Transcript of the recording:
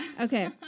Okay